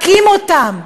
מכים אותם,